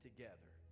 Together